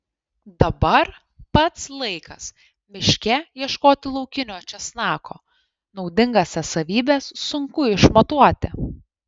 dabar pats laikas miške ieškoti laukinio česnako naudingąsias savybes sunku išmatuoti